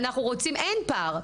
אנחנו רוצים, אין פער.